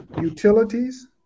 Utilities